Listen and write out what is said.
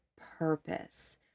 purpose